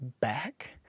back